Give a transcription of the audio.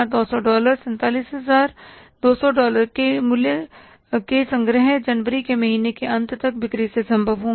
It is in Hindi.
47200 डॉलर 47200 मूल्य के संग्रह जनवरी के महीने के अंत तक बिक्री से संभव होंगे